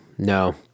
No